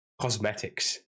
cosmetics